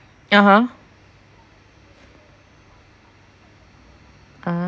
(uh huh) ah